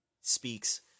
speaks